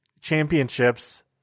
championships